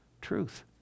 Truth